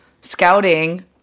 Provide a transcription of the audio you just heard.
scouting